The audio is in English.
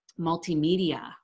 multimedia